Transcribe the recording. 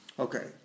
Okay